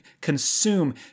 consume